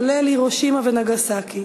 כולל הירושימה ונגסקי.